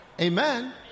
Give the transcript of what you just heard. Amen